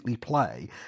play